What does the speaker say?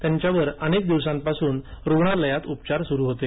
त्यांच्यावर अनेक दिवसांपासून रुग्णालयात उपचार सुरू होते